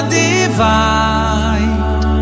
divide